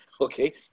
okay